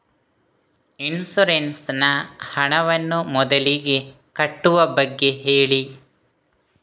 insurance ನ ಹಣವನ್ನು ಮೊದಲಿಗೆ ಕಟ್ಟುವ ಬಗ್ಗೆ ಹೇಳಿ